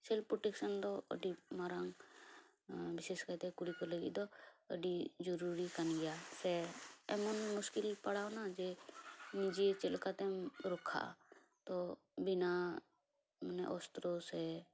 self protection ᱫᱚ ᱟ ᱰᱤ ᱢᱟᱨᱟᱝ ᱵᱤᱥᱮᱥ ᱠᱚᱨᱮ ᱠᱩᱲᱤ ᱠᱚ ᱞᱟᱹᱜᱤᱫ ᱫᱚ ᱟ ᱰᱤ ᱡᱩᱨᱩᱨᱤ ᱠᱟᱱ ᱜᱮᱭᱟ ᱥᱮ ᱮᱢᱚᱱ ᱢᱩᱥᱠᱤᱱ ᱯᱟᱲᱟᱣ ᱮᱱᱟ ᱡᱮ ᱱᱤᱡᱮ ᱪᱮᱫ ᱞᱮᱠᱟᱛᱮᱢ ᱨᱚᱠᱠᱷᱟᱜᱼᱟ ᱛᱚ ᱢᱮᱱᱟᱜ ᱢᱟᱱᱮ ᱚᱥᱛᱨᱚ ᱥᱮ